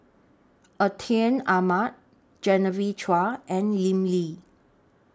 Atin Amat Genevieve Chua and Lim Lee